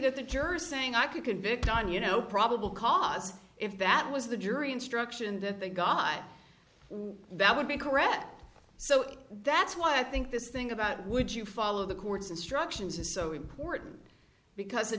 that the jurors saying i could convict on you know probable cause if that was the jury instruction that the guy that would be correct so that's why i think this thing about would you follow the court's instructions is so important because